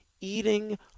eating